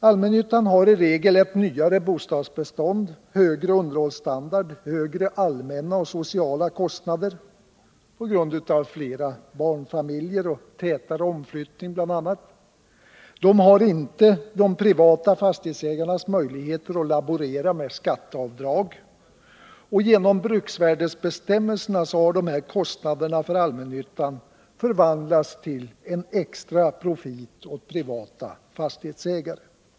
Allmännyttan har i regel ett nyare bostadsbestånd, högre underhållsstandard, högre allmänna och sociala kostnader på grund av bl.a. fler barnfamiljer och tätare omflyttning. De har inte privata fastighetsägares möjligheter att laborera med skatteavdrag. Genom bruksvärdesbestämmelserna har dessa kostnader för allmännyttan förvandlats till en extra profit åt privata fastighetsägare.